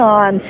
on